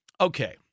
Okay